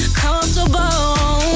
comfortable